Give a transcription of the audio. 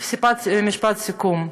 משפט סיכום.